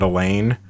Elaine